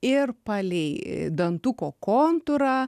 ir palei dantuko kontūrą